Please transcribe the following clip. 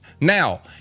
Now